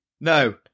No